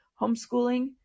homeschooling